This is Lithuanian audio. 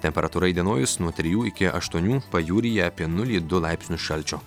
temperatūra įdienojus nuo trijų iki aštuonių pajūryje apie nulį du laipsnius šalčio